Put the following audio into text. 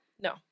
No